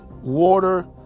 water